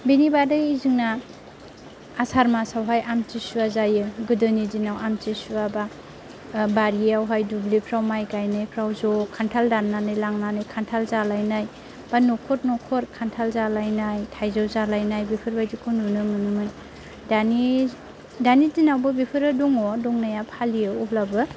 बिनि अनगायै जोंना आसार मासआवहाय आमतिसुवा जायो गोदोनि दिनाव आमतिसुवा एबा बारियावहाय दुब्लिफ्राव माइ गायनायफ्राव ज' खान्थाल दाननानै लांनानै खान्थाल जालायनाय एबा न'खर न'खर खान्थाल जालायनाय थाइजौ जालायनाय बेफोरबायदिखौ नुनो मोनोमोन दानि दिनावबो बेफोरो दङ दंनाया फालियो अब्लाबो